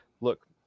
look